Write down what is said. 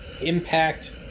impact